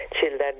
Children